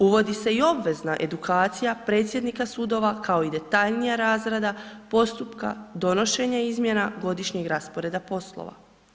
Uvodi se i obvezna edukacija predsjednika sudova kao i detaljnija razrada postupka donošenja izmjena godišnjeg rasporeda poslova.